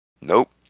Nope